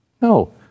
No